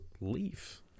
leaf